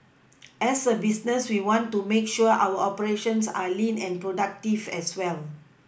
as a business we want to make sure our operations are lean and productive as well